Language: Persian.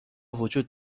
وجود